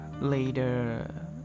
later